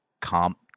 comp